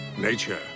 Nature